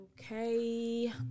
Okay